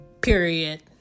Period